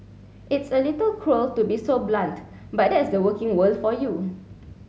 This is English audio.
it's a little cruel to be so blunt but that's the working world for you